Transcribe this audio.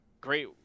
great